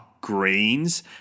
greens